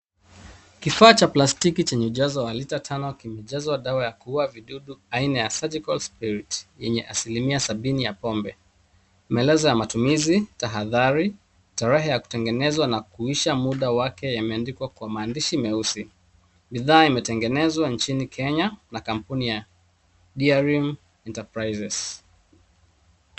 Kifaa cha plastiki chenye ujazo wa lita tano kimejazwa na dawa ya kuua vidudu aina ya surgical spirit yenye asilimia fulani ya pombe. Kifaa hiki kina maelezo ya matumizi, tahadhari, tarehe ya utengenezaji, na muda wa kumtumia, yote yakiwa yameandikwa kwa rangi ya meusi. Dawa hii imetengenezwa nchini Kenya na kampuni ya Dearim Enterprises